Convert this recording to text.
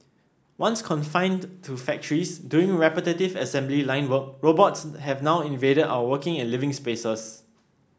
once confined to factories doing repetitive assembly line work robots have now invaded our working and living spaces